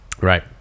Right